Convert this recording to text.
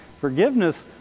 Forgiveness